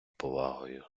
повагою